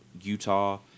Utah –